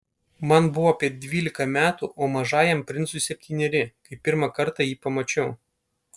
man buvo apie dvylika metų o mažajam princui septyneri kai pirmą kartą jį pamačiau